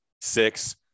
six